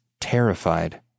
terrified